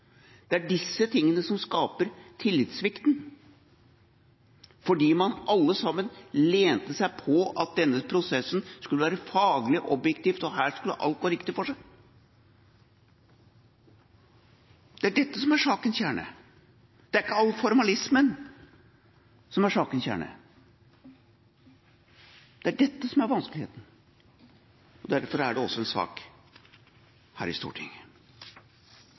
Det er disse tingene som skaper tillitssvikten, fordi man – alle sammen – lente seg på at denne prosessen skulle være faglig og objektiv, og at her skulle alt gå riktig for seg. Det er dette som er sakens kjerne. Det er ikke all formalismen som er sakens kjerne. Det er dette som er vanskeligheten, og derfor er det også en sak her i Stortinget.